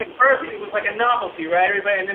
like first, it was like a novelty, right everybody? and and